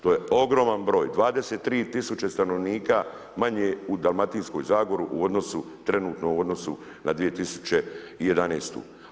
To je ogroman broj, 23 tisuće stanovnika manje u Dalmatinskoj zagori u odnosu, trenutno u odnosu na 2011.